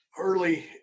early